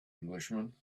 englishman